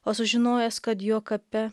o sužinojęs kad jo kape